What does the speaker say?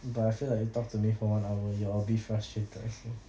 but I feel like you talk to me for one hour you'll be frustrated also